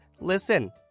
Listen